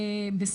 כנראה,